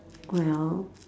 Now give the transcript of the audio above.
well